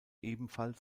ebenfalls